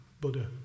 Buddha